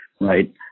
Right